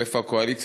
או איפה הקואליציה,